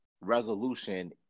resolution